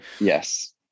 Yes